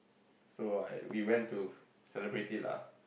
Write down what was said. so I we went to celebrate it lah